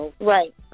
Right